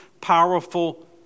powerful